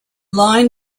line